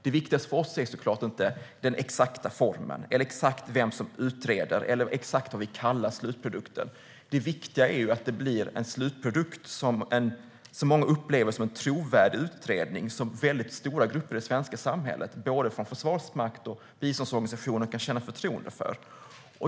Det viktigaste för oss är såklart inte den exakta formen, vem exakt som utreder eller vad exakt vi kallar slutprodukten. Det viktiga är att det blir en slutprodukt som många upplever som en trovärdig utvärdering, som stora grupper i det svenska samhället, både Försvarsmakten och biståndsorganisationer, kan känna förtroende för.